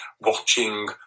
watching